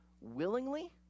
willingly